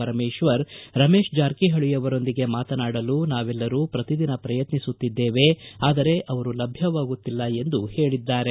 ಪರಮೇಶ್ವರ್ ರಮೇಶ್ ಜಾರಕಿಹೊಳಿಯವರೊಂದಿಗೆ ಮಾತನಾಡಲು ನಾವೆಲ್ಲರೂ ಪ್ರತಿದಿನ ಪ್ರಯತ್ನಿಸುತ್ತಿದ್ದೇವೆ ಆದರೆ ಅವರು ಲಭ್ಯವಾಗುತ್ತಿಲ್ಲ ಎಂದು ಹೇಳಿದ್ದಾರೆ